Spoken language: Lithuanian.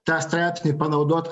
tą straipsnį panaudot